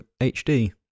HD